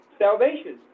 salvation